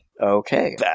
Okay